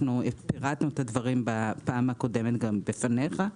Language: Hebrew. אנחנו פירטנו את הדברים בפעם הקודמת גם בפניך.